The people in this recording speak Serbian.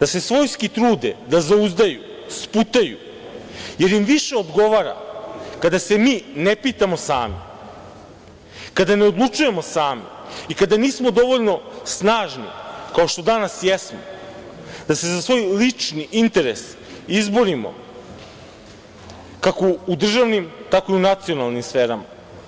da se svojski trude da zauzdaju, sputaju, jer im više odgovara kada se mi ne pitamo sami, kada ne odlučujemo sami i kada nismo dovoljno snažni kao što danas jesmo, da se za svoj lični interes izborimo kako u državnim, tako i u nacionalnim sferama.